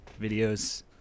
videos